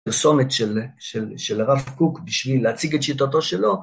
פרסומת של הרב קוק בשביל להציג את שיטתו שלו